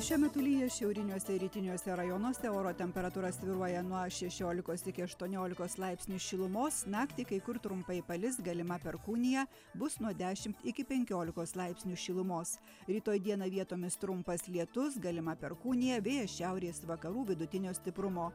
šiuo metu lyja šiauriniuose ir rytiniuose rajonuose oro temperatūra svyruoja nuo šešiolikos iki aštuoniolikos laipsnių šilumos naktį kai kur trumpai palis galima perkūnija bus nuo dešimt iki penkiolikos laipsnių šilumos rytoj dieną vietomis trumpas lietus galima perkūnija vėjas šiaurės vakarų vidutinio stiprumo